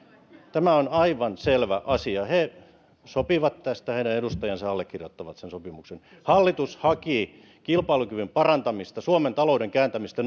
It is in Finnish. tämä on aivan selvä asia he sopivat tästä ja heidän edustajansa allekirjoittavat sen sopimuksen hallitus haki kilpailukyvyn parantamista suomen talouden kääntämistä